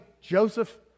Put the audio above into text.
Joseph